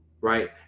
right